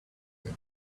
year